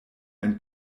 ein